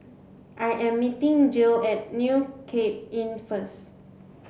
I am meeting Jill at New Cape Inn first